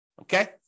Okay